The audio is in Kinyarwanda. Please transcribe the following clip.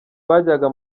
bajyaga